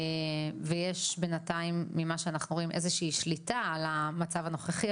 ויש בינתיים ממה שאנחנו רואים איזושהי שליטה על המצב הנוכחי,